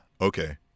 okay